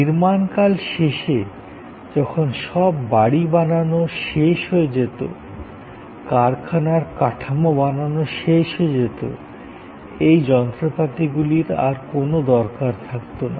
নির্মাণকাল শেষে যখন সব বাড়ি বানানো শেষ হয়ে যেত কারখানার কাঠামো বানানো শেষ হয় যেত এই যন্ত্রপাতিগুলির আর কোনো দরকার থাকতো না